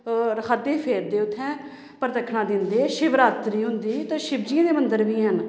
रकादे फेरदे उत्थें प्रतक्खनां दिंदे शिवरात्री होंदी ते शिवजियें दे मन्दर बी हैन